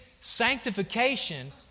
sanctification